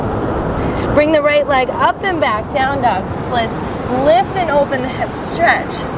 bring the right leg up and back down ducks. let's lift and open the hip stretch